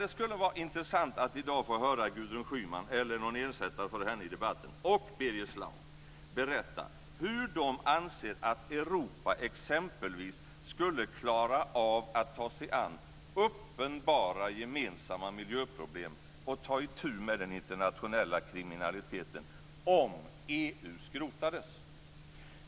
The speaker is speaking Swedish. Det skulle vara intressant att i dag få höra Gudrun Schyman, eller någon ersättare för henne i debatten, och Birger Schlaug berätta hur de anser att Europa exempelvis skulle klara av att ta sig an uppenbara gemensamma miljöproblem och ta itu med den internationella kriminaliteten om EU skrotades.